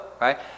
right